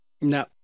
No